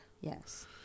Yes